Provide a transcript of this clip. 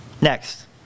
Next